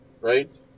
right